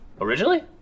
Originally